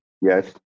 Yes